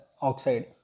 oxide